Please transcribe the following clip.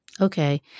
okay